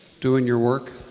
doing your work?